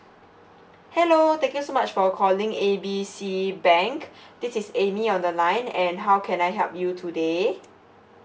hello thank you so much for calling A B C bank this is amy on the line and how can I help you today